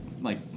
like-